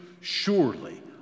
Surely